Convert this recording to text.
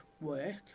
work